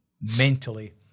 mentally